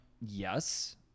yes